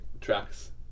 tracks